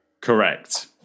correct